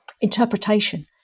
interpretation